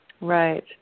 Right